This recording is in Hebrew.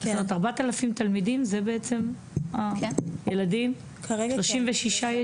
4,000 תלמידים כרגע זו כמות המשתתפים בתוכנית?